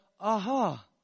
aha